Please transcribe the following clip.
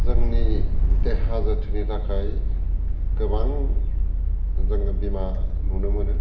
जोंनि देहा जोथोननि थाखाय गोबां जोङो बिमा नुनो मोनो